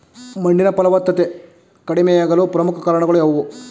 ಮಣ್ಣಿನ ಫಲವತ್ತತೆ ಕಡಿಮೆಯಾಗಲು ಪ್ರಮುಖ ಕಾರಣಗಳು ಯಾವುವು?